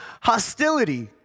hostility